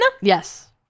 Yes